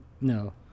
No